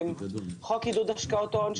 למשל חוק עידוד השקעות הון,